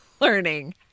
learning